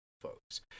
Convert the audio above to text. folks